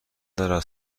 دارد